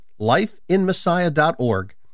lifeinmessiah.org